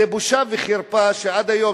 זו בושה וחרפה שעד היום,